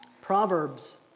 Proverbs